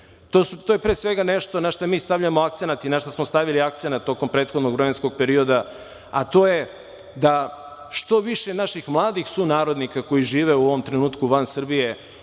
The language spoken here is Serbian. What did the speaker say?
to su pre svega nešto na šta mi stavljamo akcenat i na šta smo stavili akcenat tokom prethodnog vremenskog perioda, a to je da što više naših mladih sunarodnika koji žive u ovom trenutku van Srbije